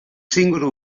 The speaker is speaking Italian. singolo